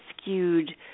skewed